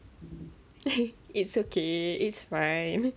it's okay it's fine